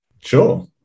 Sure